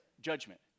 judgment